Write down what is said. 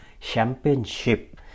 Championship